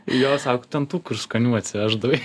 jo sako ten tų kur skanių atsiveždavai